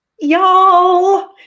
Y'all